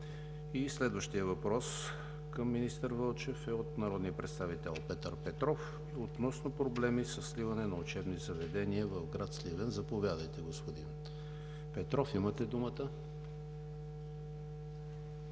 Следващият въпрос към министър Вълчев е от народния представител Петър Петров относно проблеми със сливане на учебни заведения в град Сливен. Заповядайте, господин Петров, имате думата.